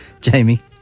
Jamie